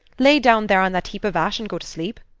lay down there on that heap of ash, and go to sleep.